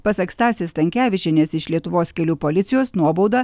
pasak stasės stankevičienės iš lietuvos kelių policijos nuobauda